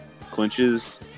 clinches